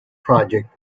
project